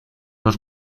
los